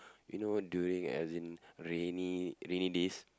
you know during as in rainy rainy days